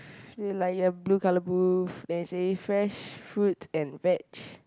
is like a blue colour booth that say fresh fruit and veg